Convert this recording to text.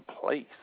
place